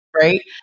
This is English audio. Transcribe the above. Right